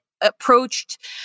approached